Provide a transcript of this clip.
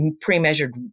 pre-measured